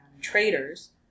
traders